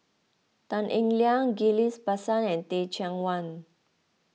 Tan Eng Liang Ghillie Basan and Teh Cheang Wan